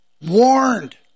warned